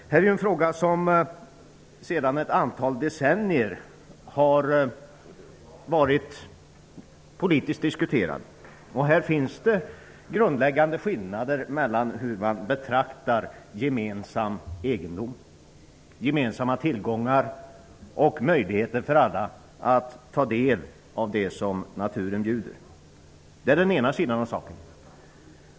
Det är en fråga som sedan ett antal decennier har diskuterats politiskt. Det finns grundläggande skillnader mellan hur man betraktar gemensam egendom, gemensamma tillgångar och möjligheten för alla att ta del av det som naturen bjuder. Det är den ena sidan av saken.